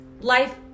life